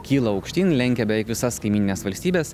kyla aukštyn lenkia beveik visas kaimynines valstybes